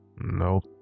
Nope